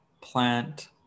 plant